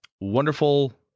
wonderful